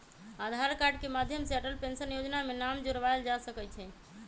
आधार card के माध्यम से अटल पेंशन जोजना में नाम जोरबायल जा सकइ छै